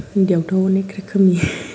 उन्दैयावथ' अनेक रोखोमनि